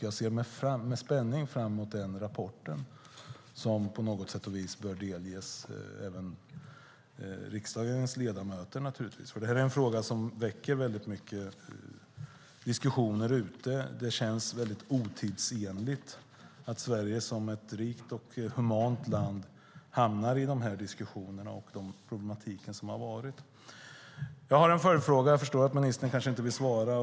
Jag ser med spänning fram emot rapporten, som naturligtvis även bör delges riksdagens ledamöter. Det är en fråga som väcker diskussioner. Det känns otidsenligt att Sverige som ett rikt och humant land hamnar i dessa diskussioner med dessa problem. Jag har ett par följdfrågor, och jag förstår att ministern kanske inte vill svara.